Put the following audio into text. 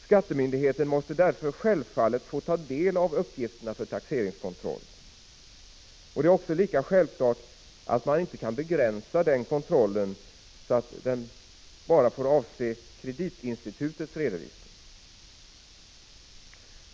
Skattemyndigheterna måste därför självfallet få ta del av uppgifterna för taxeringskontroll, och det är också lika självklart att man inte kan begränsa denna kontroll så att den får avse bara kreditinstitutens redovisning.